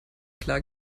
klar